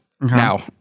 Now